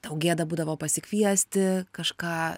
tau gėda būdavo pasikviesti kažką